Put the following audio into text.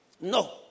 no